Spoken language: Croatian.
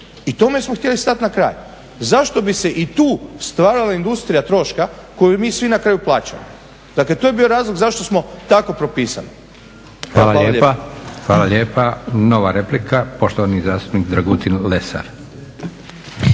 i tome smo htjeli stati na kraj. Zašto bi se i tu stvarala industrija troška koju mi svi na kraju plaćamo? Dakle, to je bio razlog zašto smo tako propisali. **Leko, Josip (SDP)** Hvala lijepa. Nova replika, poštovani zastupnik Dragutin Lesar.